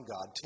God